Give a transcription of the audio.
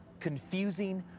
confusing,